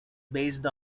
based